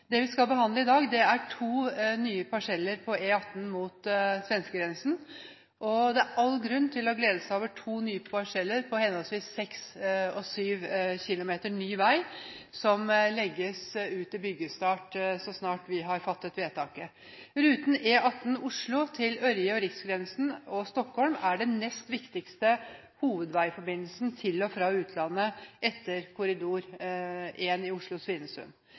Det vi skal behandle i dag, er to nye parseller på E18 mot svenskegrensen. Det er all grunn til å glede seg over to nye parseller på henholdsvis 6 og 7 km ny vei som legges ut til byggestart så snart vi har fattet vedtaket. Ruten E18 Oslo–Ørje/Riksgrensen og Stockholm er den nest viktigste hovedveiforbindelsen til og fra utlandet etter korridor